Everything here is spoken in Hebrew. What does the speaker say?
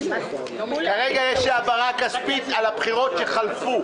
כרגע יש העברה כספית על הבחירות שחלפו.